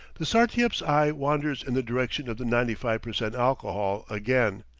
the sartiep's eye wanders in the direction of the ninety five percent alcohol again,